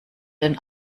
den